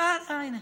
החזרת את האוזנייה.